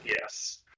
Yes